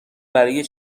برای